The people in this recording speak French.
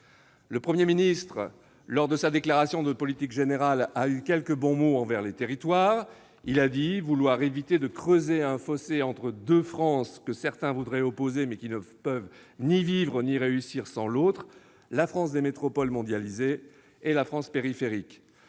Le Premier ministre, lors de sa déclaration de politique générale, a eu quelques mots encourageants pour les territoires. Il a dit vouloir « éviter de creuser un fossé entre deux France que certains voudraient opposer, mais qui ne peuvent ni vivre ni réussir l'une sans l'autre : la France des métropoles mondialisées et la France périphérique